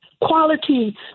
quality